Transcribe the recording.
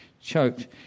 choked